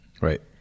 Right